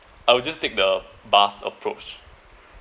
I will just take the bus approach